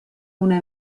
una